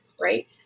right